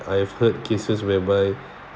I have heard cases whereby